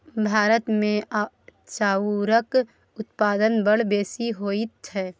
भारतमे चाउरक उत्पादन बड़ बेसी होइत छै